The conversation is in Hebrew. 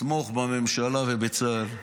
לתמוך בממשלה ובצה"ל,